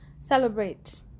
Celebrate